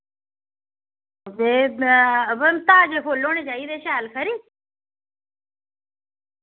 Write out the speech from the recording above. ते अवा ताज़े फुल्ल होने चाहिदे शैल खरी